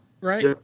Right